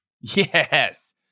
Yes